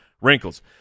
wrinkles